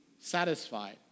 satisfied